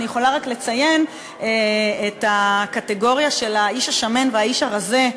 אני יכולה רק לציין את הקטגוריה של האיש השמן והאיש הרזה,